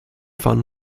fun